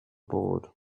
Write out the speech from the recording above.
board